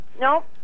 Nope